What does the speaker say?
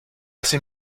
hace